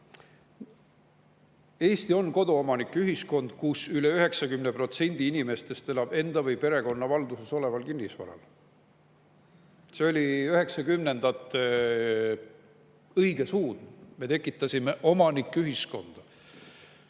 Eesti on koduomanike ühiskond, kus üle 90% inimestest elab enda või perekonna valduses oleval [maatükil]. See oli 1990-ndatel õige suund, me tekitasime omanike ühiskonna.